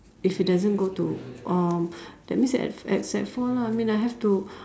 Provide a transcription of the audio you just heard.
if he doesn't go to um that means at at sec four lah I mean I have to